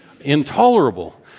Intolerable